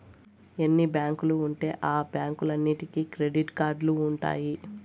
ఎన్ని బ్యాంకులు ఉంటే ఆ బ్యాంకులన్నీటికి క్రెడిట్ కార్డులు ఉంటాయి